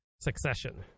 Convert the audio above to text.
Succession